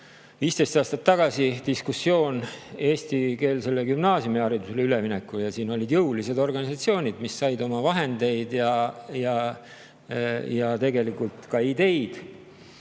15 aastat tagasi oli diskussioon eestikeelsele gümnaasiumiharidusele ülemineku üle, siis siin olid jõulised organisatsioonid, mis said oma vahendeid ja tegelikult ka ideid